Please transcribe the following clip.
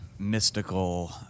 Mystical